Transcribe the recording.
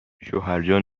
شوهرجان